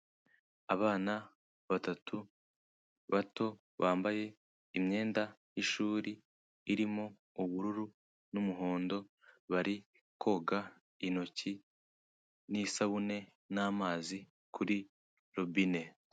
Abana batatu bato bambaye imyenda y'ishuri irimo ubururu n'umuhondo bari koga intoki n'isabune n'amazi kuri robine.